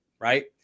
right